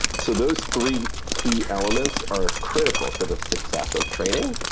so those three key elements are critical to the success of training,